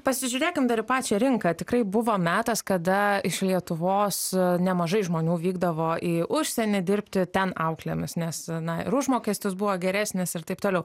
pasižiūrėkim dar į pačią rinką tikrai buvo metas kada iš lietuvos nemažai žmonių vykdavo į užsienį dirbti ten auklėmis nes na ir užmokestis buvo geresnis ir taip toliau